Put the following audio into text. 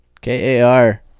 K-A-R